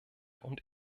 und